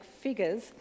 figures